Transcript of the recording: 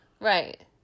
Right